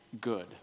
good